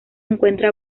encuentra